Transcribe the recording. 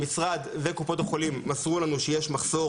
המשרד וקופות החולים בעצם מסרו לנו שיש מחסור